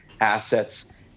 assets